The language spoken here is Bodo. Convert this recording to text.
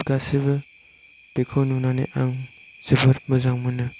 गासैबो बेखौ नुनानै आं जोबोर मोजां मोनो